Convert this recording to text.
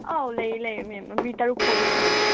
ꯑꯧ ꯂꯩꯌꯦ ꯂꯩꯌꯦ ꯃꯦꯝ ꯃꯤ ꯇꯔꯨꯛ ꯐꯥꯎꯒꯤ ꯂꯩꯒꯅꯤ